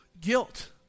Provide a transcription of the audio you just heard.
guilt